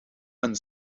een